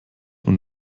und